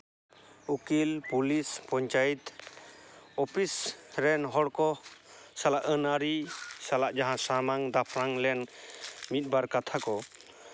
ᱩᱠᱤᱞ police panchayat office ᱨᱮᱱ ᱦᱚᱲ ᱠᱚ ᱥᱟᱞᱟᱜ ᱟᱹᱱᱼᱟᱹᱨᱤ ᱥᱟᱞᱟᱜ ᱡᱟᱦᱟᱸ ᱥᱟᱢᱟᱝ ᱫᱟᱯᱨᱟᱢ ᱞᱮᱱ ᱢᱤᱫᱵᱟᱨ ᱠᱟᱛᱷᱟ ᱠᱚ